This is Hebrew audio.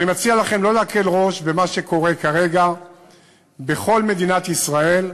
אני מציע לכם לא להקל ראש במה שקורה כרגע בכל מדינת ישראל.